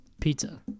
pizza